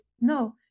No